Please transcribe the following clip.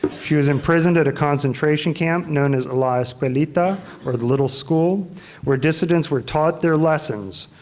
but she was imprisoned at a concentration camp known as la escuelita or the little school where dissidents where taught their lessons,